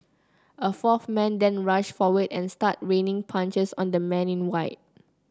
a fourth man then rushed forward and started raining punches on the man in white